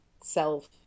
self